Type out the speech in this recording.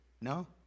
No